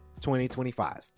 2025